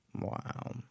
Wow